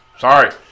sorry